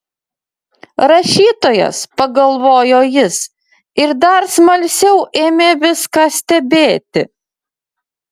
rašytojas pagalvojo jis ir dar smalsiau ėmė viską stebėti